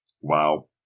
Wow